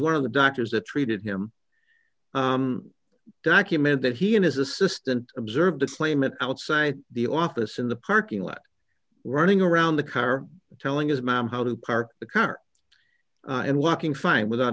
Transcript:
one of the doctors that treated him document that he and his assistant observed the claimant outside the office in the parking lot running around the car telling his mom how to park the car and walking fine without